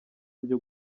byo